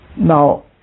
Now